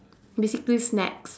basically snacks